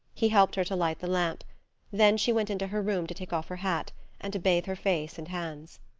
he helped her to light the lamp then she went into her room to take off her hat and to bathe her face and hands.